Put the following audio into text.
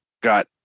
got